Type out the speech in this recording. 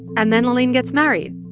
and then laaleen gets married,